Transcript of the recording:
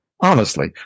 Honestly